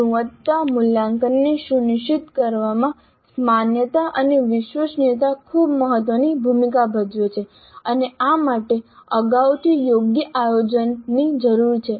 ગુણવત્તા મૂલ્યાંકનને સુનિશ્ચિત કરવામાં માન્યતા અને વિશ્વસનીયતા ખૂબ મહત્વની ભૂમિકા ભજવે છે અને આ માટે અગાઉથી યોગ્ય આયોજનની જરૂર છે